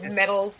metal